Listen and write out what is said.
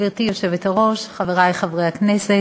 גברתי היושבת-ראש, חברי חברי הכנסת,